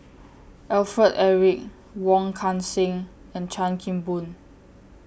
Alfred Eric Wong Kan Seng and Chan Kim Boon